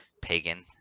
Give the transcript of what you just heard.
pagan